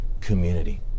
community